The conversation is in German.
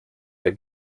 der